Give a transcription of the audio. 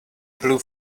blue